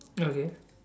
okay